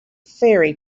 ferry